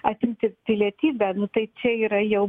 atimti pilietybę nu tai čia yra jau